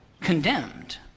condemned